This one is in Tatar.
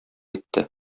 итте